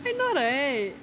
I know right